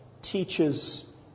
teaches